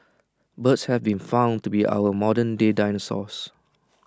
birds have been found to be our modernday dinosaurs